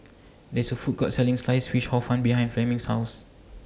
There IS A Food Court Selling Sliced Fish Hor Fun behind Fleming's House